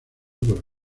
por